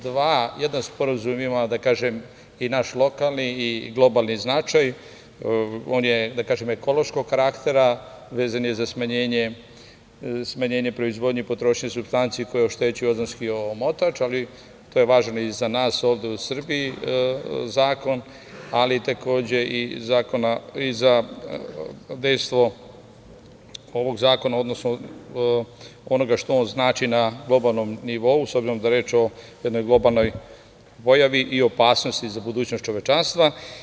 Dva, jedan sporazum ima, da kažem, i naš lokalni i globalni značaj, on je, da kažem, ekološkog karaktera, vezan je za smanjenje proizvodnje i potrošnje supstanci koje oštećuju ozonski omotač, ali to je važan i za nas ovde u Srbiji zakon, ali takođe, i za vest o ovog zakona, odnosno onoga što on znači na globalnom nivou, s obzirom da je reč o jednoj globalnoj pojavi i opasnosti za budućnost čovečanstva.